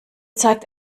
zeigt